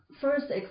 first